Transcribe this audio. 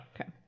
Okay